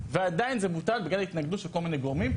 ועדיין זה בוטל בגלל ההתנגדות של כל מיני גורמים.